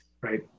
right